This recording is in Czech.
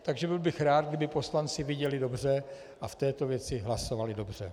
Takže byl bych rád, kdyby poslanci viděli dobře a v této věci hlasovali dobře.